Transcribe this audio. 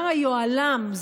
גם היוהל"ם,